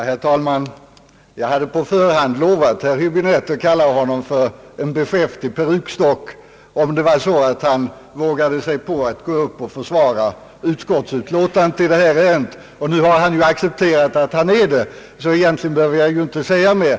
Herr talman! Jag hade på förhand lovat herr Höäbinette att kalla honom för en beskäftig perukstock, om han vågade sig på att gå upp och försvara utskottsutlåtandet i det här ärendet. Nu har han accepterat att han är en sådan, så egentligen behöver jag inte säga mer.